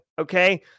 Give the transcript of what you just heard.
okay